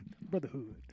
brotherhood